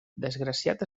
desgraciat